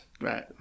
right